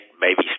baby